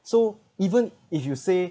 so even if you say